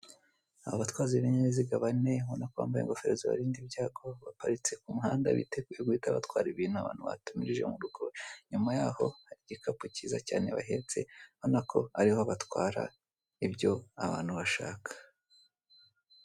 Abatwazi bibinyabiziga bane ubonako bambaye ingofero zibarinda ibyago baparitse k'umuhanda biteguye guhita batwara ibintu abantu batumije m'urugo inyuma yaho hari igikapu cyiza cyane bahetse ubonako ariho batwara ibyo abantu bashaka.